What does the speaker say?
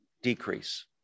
decrease